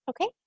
Okay